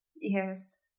Yes